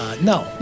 No